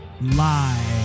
live